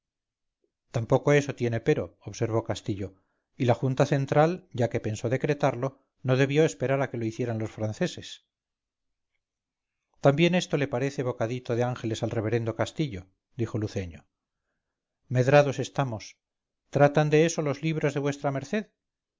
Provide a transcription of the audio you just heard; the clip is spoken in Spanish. tampoco eso tiene pero observó castillo y la junta central ya que pensó decretarlo no debió esperar a que lo hicieran los franceses también esto le parece bocadito de ángeles al reverendo castillo dijo luceño medrados estamos tratan de eso los libros de vuestra merced